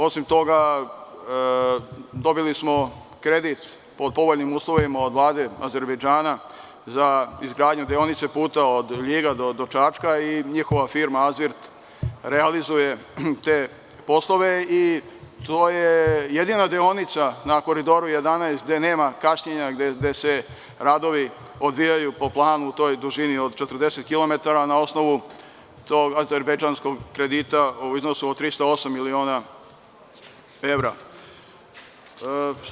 Osim toga, dobili smo kredit pod povoljnim uslovima od Vlade Azerbejdžana za izgradnju deonice puta od Ljiga do Čačka i njihova firma Azvirt realizuje te poslove i to je jedina deonica na Koridoru 11 gde nema kašnjenja, gde se radovi odvijaju po planu u toj dužini od 40 km na osnovu tog azerbejdžanskog kredita u iznosu od 308 miliona evra.